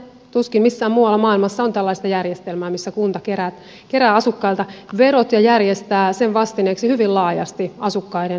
tuskin missään muualla maailmassa on tällaista järjestelmää missä kunta kerää asukkailta verot ja järjestää sen vastineeksi hyvin laajasti asukkaiden peruspalvelut